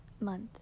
month